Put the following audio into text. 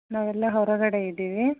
ನಾವೆಲ್ಲ ಹೊರಗಡೆ ಇದ್ದೀವಿ